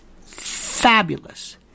fabulous